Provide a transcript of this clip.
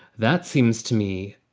that seems to me.